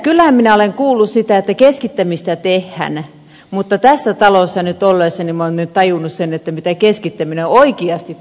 kyllähän minä olen kuullut että keskittämistä tehdään mutta tässä talossa nyt ollessani minä olen tajunnut sen mitä keskittäminen oikeasti tarkoittaa